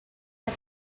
had